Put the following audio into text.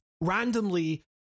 randomly